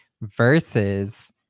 versus